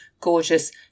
gorgeous